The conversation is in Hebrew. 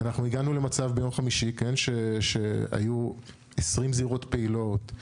הגענו למצב ביום חמישי שהיו 20 זירות פעילות,